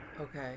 Okay